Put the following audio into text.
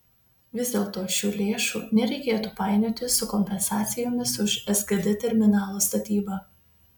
vis dėlto šių lėšų nereikėtų painioti su kompensacijomis už sgd terminalo statybą